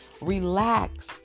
Relax